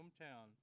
hometown